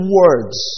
words